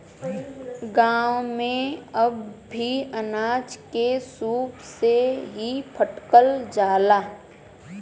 गांव में अब भी अनाज के सूप से ही फटकल जाला